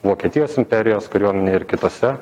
vokietijos imperijos kariuomenėj ir kitose